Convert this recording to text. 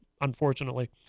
unfortunately